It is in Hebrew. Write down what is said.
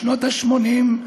בשנות ה-80,